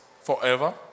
forever